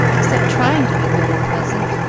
except trying to be good and pleasant.